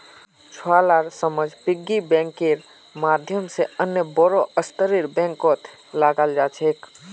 छुवालार समझ पिग्गी बैंकेर माध्यम से अन्य बोड़ो स्तरेर बैंकत लगाल जा छेक